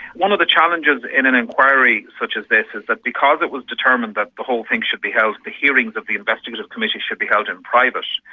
one of the challenges in an inquiry such as this is that because it was determined that the whole thing should be held, the hearings of the investigative committee should be held in private,